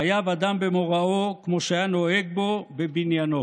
חייב אדם במוראו כמו שהיה נוהג בו בבניינו".